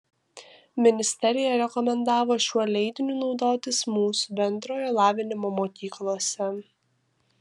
ministerija rekomendavo šiuo leidiniu naudotis mūsų bendrojo lavinimo mokyklose